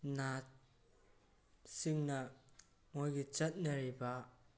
ꯅꯥꯠꯁꯤꯡꯅ ꯃꯣꯏꯒꯤ ꯆꯠꯅꯔꯤꯕ